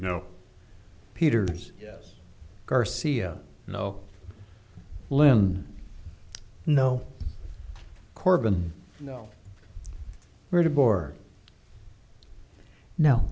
no peters garcia no linen no corben no where to bore no